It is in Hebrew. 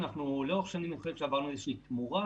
לאורך השנים אני חושב שעברנו איזושהי תמורה,